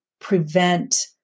prevent